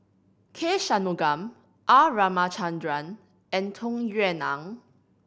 K Shanmugam R Ramachandran and Tung Yue Nang